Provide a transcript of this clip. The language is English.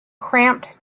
cramped